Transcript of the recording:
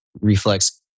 Reflex